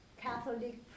Catholic